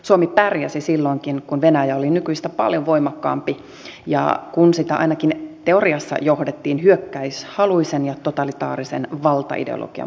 suomi pärjäsi silloinkin kun venäjä oli nykyistä paljon voimakkaampi ja kun sitä ainakin teoriassa johdettiin hyökkäyshaluisen ja totalitaarisen valtaideologian mukaisesti